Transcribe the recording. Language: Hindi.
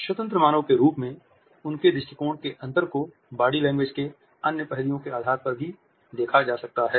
स्वतंत्र मानव के रूप में उनके दृष्टिकोण के अंतर को बॉडी लैंग्वेज के अन्य पहलुओं के आधार पर भी देखा जा सकता है